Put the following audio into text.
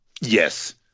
Yes